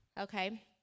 Okay